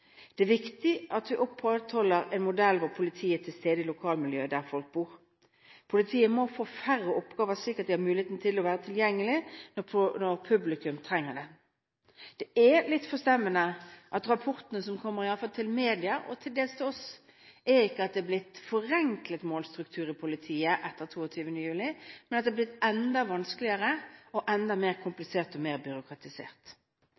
Det er viktig at vi opprettholder en modell der politiet er til stede i lokalmiljøet, der folk bor. Politiet må få færre oppgaver, slik at de har mulighet til å være tilgjengelig når publikum trenger det. Det er litt forstemmende at rapportene som kommer – i alle fall til media og til dels til oss – viser at det ikke er blitt en forenklet målstruktur i politiet etter 22. juli, men at det har blitt enda vanskeligere, enda mer